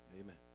Amen